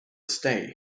sta